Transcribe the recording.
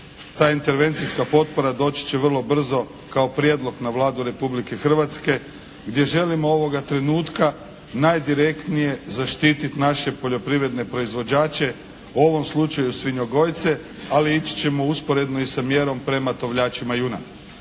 Ta intervencijska potpora doći će vrlo brzo kao prijedlog na Vladu Republike Hrvatske gdje želimo ovog trenutka najdirektnije zaštiti naše poljoprivredne proizvođače, u ovom slučaju svinjogojce, ali ići ćemo i usporedno i sa mjerom prema tovljačima junadi.